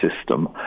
system